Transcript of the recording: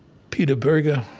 peter berger